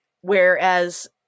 whereas